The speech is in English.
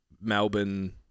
Melbourne